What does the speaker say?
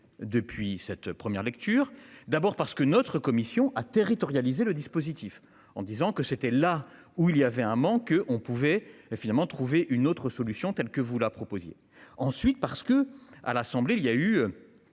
depuis cette première lecture, d'abord parce que notre commission a territorialisée le dispositif en disant que c'était là où il y avait un manque on pouvait et finalement trouver une autre solution telle que vous la proposiez. Ensuite parce que à l'Assemblée il y a eu.